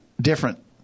different